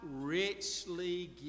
richly